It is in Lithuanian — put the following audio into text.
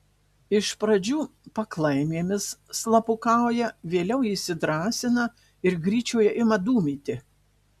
iš pradžių paklaimėmis slapukauja vėliau įsidrąsina ir gryčioje ima dūmyti